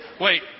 Wait